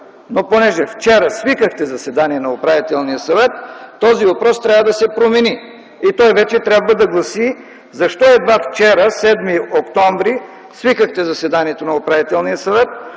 Но понеже вчера свикахте заседание на управителния съвет, този въпрос трябва да се промени и той вече трябва да гласи: защо едва вчера – 7 октомври, свикахте заседанието на управителния съвет